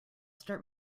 start